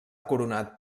coronat